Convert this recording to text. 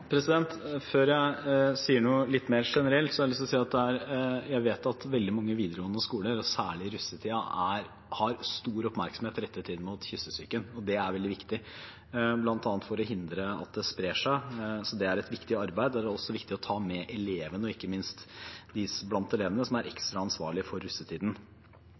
Før jeg sier litt mer generelt, har jeg lyst til å si at jeg vet at veldig mange videregående skoler, særlig i russetiden, har stor oppmerksomhet rettet mot kyssesyken. Det er veldig viktig bl.a. for å hindre at det sprer seg. Det er et viktig arbeid. Det er det også viktig å ta med elevene og ikke minst de av elevene som er ekstra ansvarlige for russetiden.